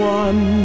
one